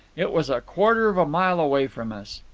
it was a quarter of a mile away from us.